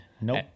Nope